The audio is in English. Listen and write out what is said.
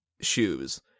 shoes